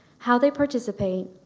how they participate,